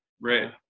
Right